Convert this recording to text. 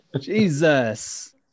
jesus